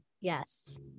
yes